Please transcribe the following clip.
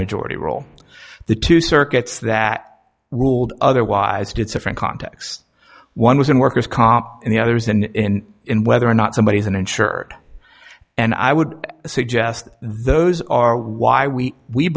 majority rule the two circuits that ruled otherwise did suffer in context one was in workers comp and the other is in in whether or not somebody is an insured and i would suggest those are why we we